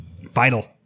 Vital